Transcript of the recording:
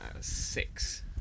six